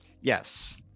Yes